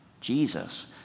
Jesus